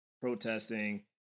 protesting